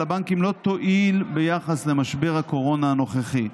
הבנקים לא תועיל ביחס למשבר הקורונה הנוכחי.